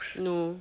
no